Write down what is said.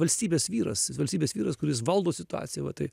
valstybės vyras valstybės vyras kuris valdo situaciją va tai